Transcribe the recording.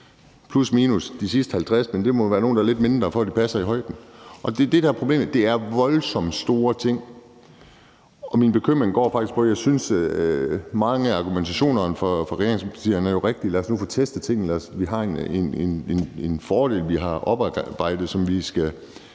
plus/minus de sidste 50, men det må være nogen, der er lidt mindre, for at det passer i højden. Og det er det, der er problemet; det er voldsomt store ting. Min bekymring går faktisk på, at jeg synes, at mange af argumenterne fra regeringspartierne jo er rigtige. Lad os nu få testet tingene. Vi har en fordel, vi har oparbejdet, og som vi skal